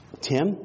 Tim